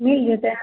मिल जेतै